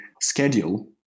schedule